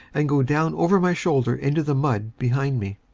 and go down over my shoulder into the mud behind me.